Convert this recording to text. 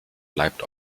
bleibt